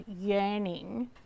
yearning